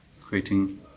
creating